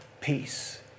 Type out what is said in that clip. peace